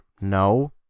no